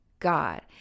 God